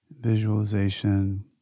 visualization